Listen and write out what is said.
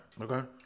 okay